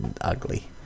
ugly